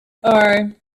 are